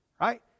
right